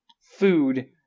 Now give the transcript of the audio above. food